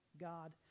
God